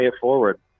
forward